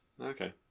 Okay